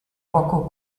poco